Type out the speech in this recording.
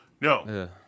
No